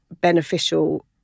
beneficial